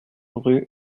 rue